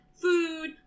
food